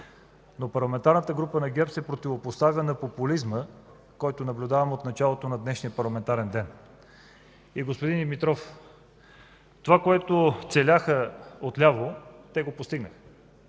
Но Парламентарната група на ГЕРБ се противопоставя на популизма, който наблюдаваме от началото на днешния парламентарен ден. Господин Димитров, това, което целяха от ляво, го постигнаха